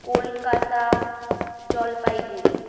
Kolkata Jalpaiguri